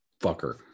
fucker